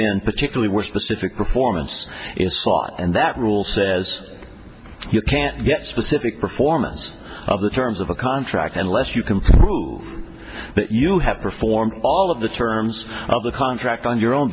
in particular were specific performance is sought and that rule says you can't get specific performance of the terms of a contract unless you can prove that you have performed all of the terms of the contract on your own